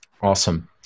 Awesome